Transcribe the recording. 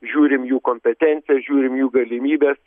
žiūrim jų kompetenciją žiūrim jų galimybes